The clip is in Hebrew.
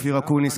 אופיר אקוניס,